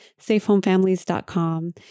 SafeHomeFamilies.com